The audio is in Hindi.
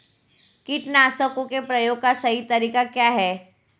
कीटनाशकों के प्रयोग का सही तरीका क्या है?